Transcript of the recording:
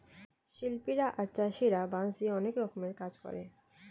শিল্পীরা আর চাষীরা বাঁশ দিয়ে অনেক রকমের কাজ করে